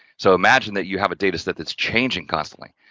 so, imagine that you have a data step that's changing constantly,